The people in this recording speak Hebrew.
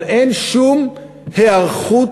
אבל אין שום היערכות,